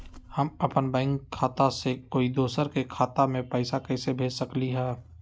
हम अपन बैंक खाता से कोई दोसर के बैंक खाता में पैसा कैसे भेज सकली ह?